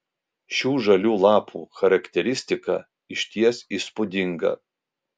šių žalių lapų charakteristika išties įspūdinga